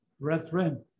Brethren